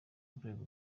w’urwego